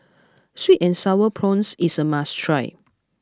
sweet and sour prawns is a must try